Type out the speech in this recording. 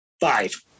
Five